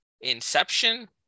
Inception